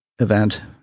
event